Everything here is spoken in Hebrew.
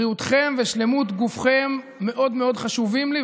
בריאותכם ושלמות גופכם מאוד מאוד חשובים לי,